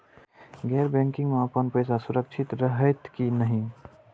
गैर बैकिंग में अपन पैसा सुरक्षित रहैत कि नहिं?